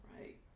right